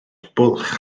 bwlch